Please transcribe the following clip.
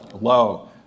Low